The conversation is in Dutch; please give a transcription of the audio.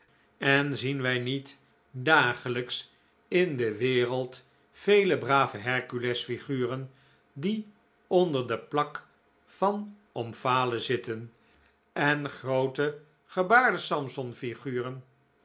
en zien wij niet dagelijks in de wereld vele brave herculesfiguren die onder de plak van omphale zitten en groote gebaarde